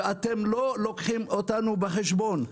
ואתם לא לוקחים אותנו בחשבון.